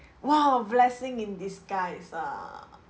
!wow! blessing in disguise err